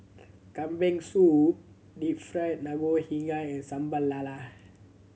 Kambing Soup Deep Fried Ngoh Higang and Sambal Lala